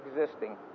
existing